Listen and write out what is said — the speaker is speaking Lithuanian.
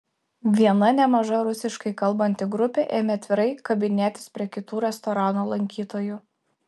viena nemaža rusiškai kalbanti grupė ėmė atvirai kabinėtis prie kitų restorano lankytojų